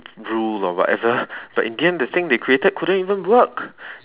rule or whatever but in the end the thing they created couldn't even work